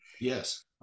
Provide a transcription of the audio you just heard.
yes